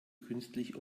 künstliche